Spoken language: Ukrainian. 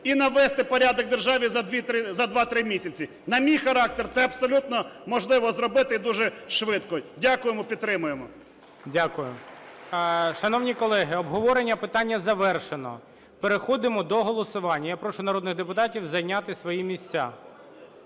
і навести порядок у державі за 2-3 місяці. На мій характер, це абсолютно можливо зробити і дуже швидко, Дякуємо, підтримуємо. ГОЛОВУЮЧИЙ. Дякуємо. Шановні колеги, обговорення питання завершено. Переходимо до голосування. Я прошу народних депутатів зайняти свої місця.